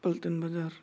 पलटन बाजार